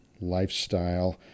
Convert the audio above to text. lifestyle